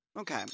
Okay